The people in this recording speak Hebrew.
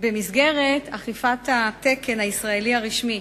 במסגרת אכיפת התקן הישראלי הרשמי